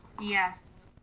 yes